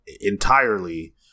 entirely